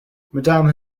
madame